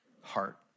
heart